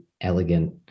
elegant